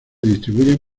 distribuyen